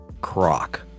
Croc